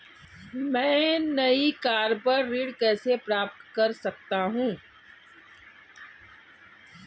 मैं नई कार पर ऋण कैसे प्राप्त कर सकता हूँ?